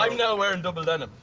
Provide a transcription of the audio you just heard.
um now wearing double denim.